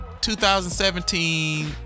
2017